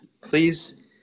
please